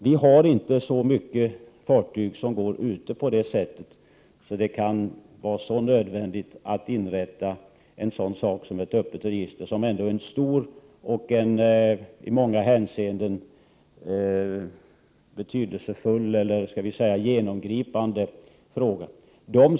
Vi har inte så många fartyg som går i trafik på det sättet att det kan vara nödvändigt att inrätta ett öppet register, som ändå är en stor och i många hänseenden genomgripande åtgärd.